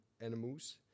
animals